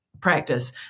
practice